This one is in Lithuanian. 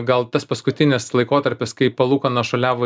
gal tas paskutinis laikotarpis kai palūkanos šuoliavo